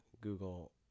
Google